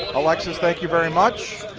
alexis thank you very much.